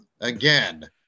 again